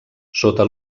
sota